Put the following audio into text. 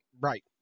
Right